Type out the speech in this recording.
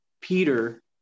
Peter